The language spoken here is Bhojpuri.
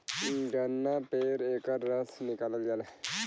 गन्ना पेर के एकर रस निकालल जाला